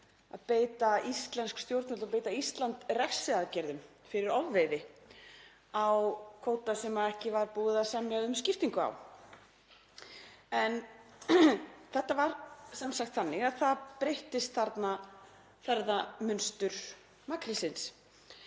að beita íslensk stjórnvöld og beita Ísland refsiaðgerðum fyrir ofveiði á kvóta sem ekki var búið að semja um skiptingu á. Þetta var sem sagt þannig að þarna breyttist ferðamynstur makrílsins.